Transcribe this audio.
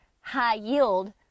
high-yield